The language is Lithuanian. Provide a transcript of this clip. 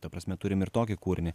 ta prasme turim ir tokį kūrinį